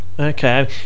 Okay